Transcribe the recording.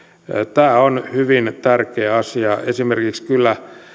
tämä on hyvin tärkeä asia esimerkiksi kyllä